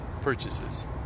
purchases